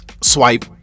swipe